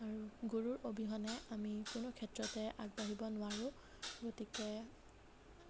আৰু গুৰুৰ অবিহনে আমি কোনো ক্ষেত্ৰতে আগবাঢ়িব নোৱাৰোঁ গতিকে